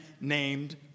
named